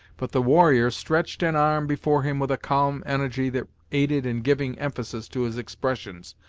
but the warrior stretched an arm before him with a calm energy that aided in giving emphasis to his expressions.